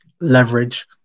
leverage